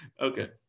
Okay